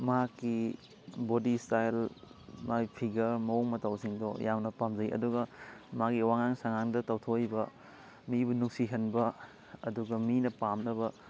ꯃꯍꯥꯛꯀꯤ body style ꯃꯥꯒꯤ figure ꯃꯑꯣꯡ ꯃꯇꯧꯁꯤꯡꯗꯣ ꯌꯥꯝꯅ ꯄꯥꯝꯖꯩ ꯑꯗꯨꯒ ꯃꯥꯒꯤ ꯋꯥꯉꯥꯡ ꯁꯉꯥꯡꯗ ꯇꯧꯊꯣꯛꯏꯕ ꯃꯤꯕꯨ ꯅꯨꯡꯁꯤꯍꯟꯕ ꯑꯗꯨꯒ ꯃꯤꯅ ꯄꯥꯝꯅꯕ